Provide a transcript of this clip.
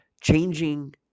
changing